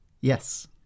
Yes